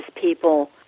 people